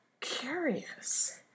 curious